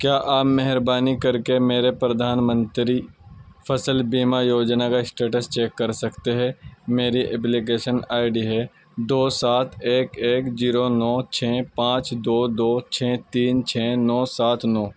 کیا آپ مہربانی کر کے میرے پردھان منتری فصل بیمہ یوجنا کا اسٹیٹس چیک کر سکتے ہے میری اپلکیشن آۍ ڈی ہے دو سات ایک ایک زیرو نو چھے پانچ دو دو چھے تین چھے نو سات نو